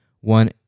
one